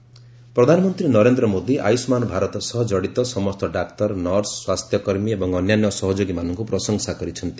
PM Ayushman Bharat ପ୍ରଧାନମନ୍ତ୍ରୀ ନରେନ୍ଦ୍ର ମୋଦୀ ଆୟୁଷ୍ମାନ ଭାରତ ସହ ଜଡ଼ିତ ସମସ୍ତ ଡାକ୍ତର ନର୍ସ ସ୍ୱାସ୍ଥ୍ୟକର୍ମୀ ଏବଂ ଅନ୍ୟାନ୍ୟ ସହଯୋଗୀମାନଙ୍କୁ ପ୍ରଶଂସା କରିଛନ୍ତି